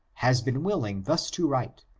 has been willing thus to write,